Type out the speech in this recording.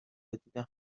دیدم